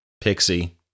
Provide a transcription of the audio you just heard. Pixie